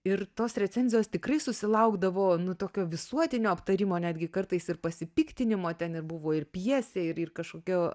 ir tos recenzijos tikrai susilaukdavo tokio visuotinio aptarimo netgi kartais ir pasipiktinimo ten ir buvo ir pjesė ir ir kažkokiu